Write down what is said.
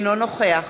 אינו נוכח